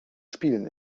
spielen